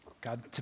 God